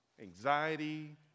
anxiety